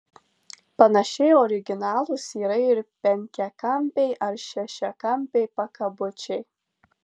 panašiai originalūs yra ir penkiakampiai ar šešiakampiai pakabučiai